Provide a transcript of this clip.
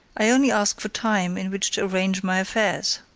i only ask for time in which to arrange my affairs.